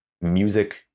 music